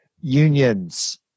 unions